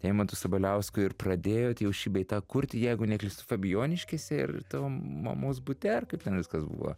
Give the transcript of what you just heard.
eimantu sabaliausku ir pradėjot jau šį bei tą kurti jeigu neklystu fabijoniškėse ir tavo mamos bute ar kaip ten viskas buvo